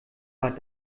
war